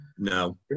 No